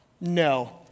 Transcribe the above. No